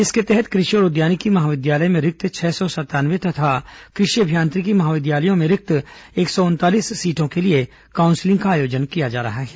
इसके तहत कृषि और उद्यानिकी महाविद्यालय में रिक्त छह सौ संतानवे तथा कृषि अभियांत्रिकी महाविद्यालयों में रिक्त एक सौ उनतालीस सीटों के लिए काउन्सलिंग का आयोजन किया जा रहा है